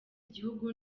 igihugu